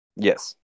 Yes